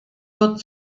wird